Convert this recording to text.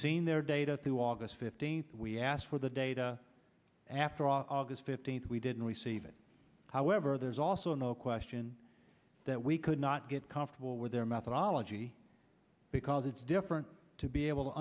seen their data through august fifteenth we asked for the data after august fifteenth we didn't receive it however there's also no question that we could not get comfortable with their methodology because it's different to be able to